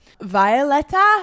violetta